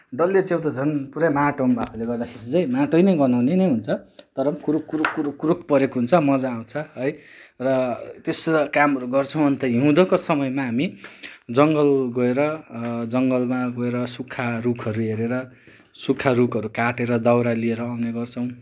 डल्ले च्याउ त झन् पुरा माटोमा भएकोले गर्दाखेरि चाहिँ माटो नै गनाउने नै हुन्छ तर पनि कुरुक कुरुक कुरुक कुरुक परेको हुन्छ मज्जा आउँछ है र त्यस्तो कामहरू गर्छौँ अन्त हिँउदोको समयमा हामी जङ्गल गएर जङ्गलमा गएर सुक्खा रुखहरू हेरेर सुक्खा रुखहरू काटेर दाउरा लिएर आउने गर्छौँ